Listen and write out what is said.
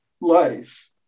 life